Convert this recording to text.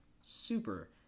super